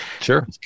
sure